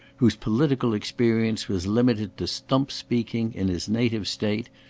whose political experience was limited to stump-speaking in his native state,